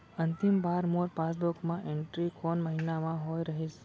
अंतिम बार मोर पासबुक मा एंट्री कोन महीना म होय रहिस?